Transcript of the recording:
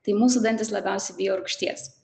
tai mūsų dantys labiausiai bijo rūgšties